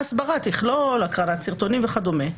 ההסברה תכלול הקרנת סרטונים וכדומה.